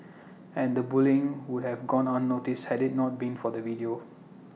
and the bullying would have gone unnoticed had IT not been for the video